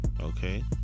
Okay